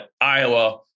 Iowa